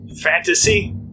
fantasy